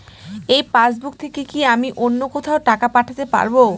এই পাসবুক থেকে কি আমি অন্য কোথাও টাকা পাঠাতে পারব?